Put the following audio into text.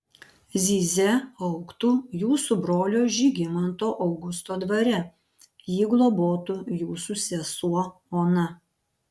zyzia augtų jūsų brolio žygimanto augusto dvare jį globotų jūsų sesuo ona